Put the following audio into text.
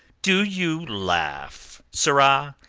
do you laugh, sirrah,